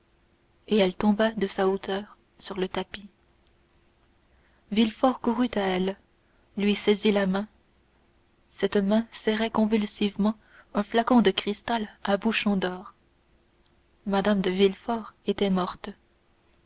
et elle tomba de sa hauteur sur le tapis villefort courut à elle lui saisit la main cette main serrait convulsivement un flacon de cristal à bouchon d'or mme de villefort était morte